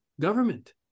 government